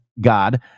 god